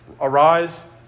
arise